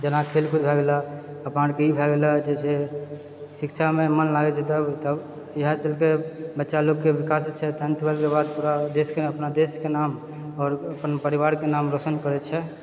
जेना खेलकूद भए गेलहँ अपनाके ई भए गेलहँ जेछै शिक्षामे मन लागैछै तब इएह चलते बच्चा लोगके विकास जे छै पूरा देशके पूरा अपना देशके नाम आओर अपन परिवारके नाम रोशन करैछेै